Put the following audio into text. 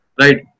right